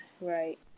Right